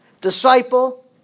Disciple